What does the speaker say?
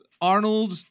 Arnold